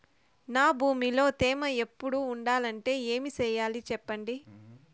నా భూమిలో తేమ ఎప్పుడు ఉండాలంటే ఏమి సెయ్యాలి చెప్పండి?